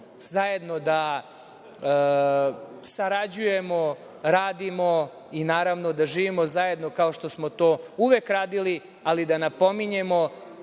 zajedno da sarađujemo, radimo i da živimo zajedno kao što smo to uvek radili, ali da napominjemo